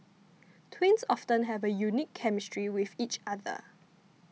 twins often have a unique chemistry with each other